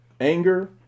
Anger